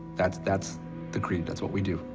that's, that's the creed. that's what we do.